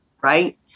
right